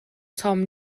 tom